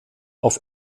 auf